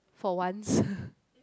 for once